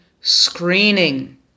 screening